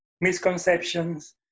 misconceptions